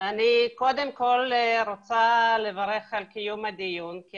אני קודם כל רוצה לברך על קיום הדיון כי